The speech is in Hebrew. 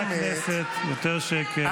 חברי הכנסת, יותר שקט.